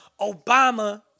Obama